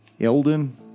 Elden